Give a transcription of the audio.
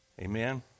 Amen